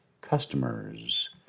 customers